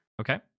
Okay